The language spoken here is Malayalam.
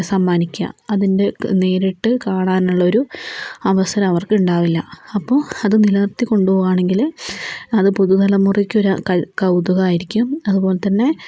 സമ്മാനിക്കുക അതിൻറ്റെ നേരിട്ട് കാണാനുള്ള ഒരു അവസരം അവർക്ക് ഉണ്ടാവില്ല അപ്പോൾ അത് നിലനിർത്തി കൊണ്ടോ ആണെങ്കില് അത് പുതു തലമുറയ്ക്ക് ഒരു കൗതുകമായിരിക്കും അതു പോലെ തന്നെ